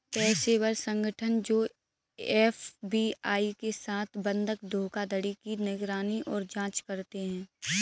पेशेवर संगठन जो एफ.बी.आई के साथ बंधक धोखाधड़ी की निगरानी और जांच करते हैं